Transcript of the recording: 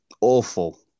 awful